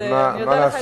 אז אני אודה לך